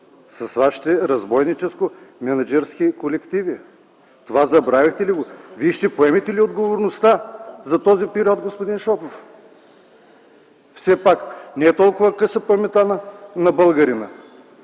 с вашите „разбойническо-мениджърски колективи”. Забравихте ли това? Вие ще поемете ли отговорността за този период, господин Шопов? Все пак не е толкова къса паметта на българина.